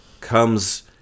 comes